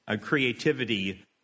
creativity